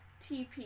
tp